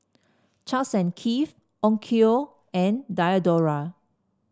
Charles and Keith Onkyo and Diadora